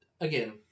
again